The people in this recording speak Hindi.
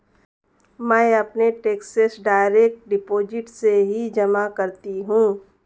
मैं अपने टैक्सेस डायरेक्ट डिपॉजिट से ही जमा करती हूँ